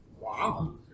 Wow